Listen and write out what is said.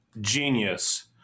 genius